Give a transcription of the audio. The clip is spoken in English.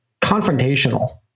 confrontational